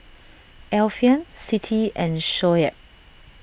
Alfian Siti and Shoaib